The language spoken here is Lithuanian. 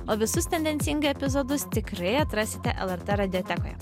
o visus tendencingai epizodus tikrai atrasite lrt radiotekoje